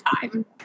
time